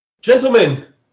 gentlemen